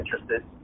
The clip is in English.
interested